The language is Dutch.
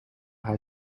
hij